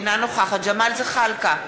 אינה נוכחת ג'מאל זחאלקה,